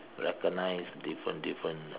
recognize different different